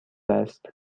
است